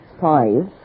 five